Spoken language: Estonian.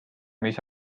mis